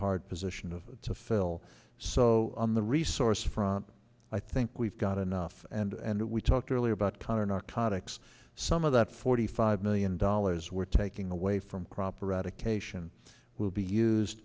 hard position of to fill so the resource front i think we've got enough and we talked earlier about counter narcotics some of that forty five million dollars we're taking away from cropper advocation will be used